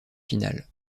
finale